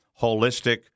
holistic